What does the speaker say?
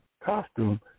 costume